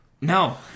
No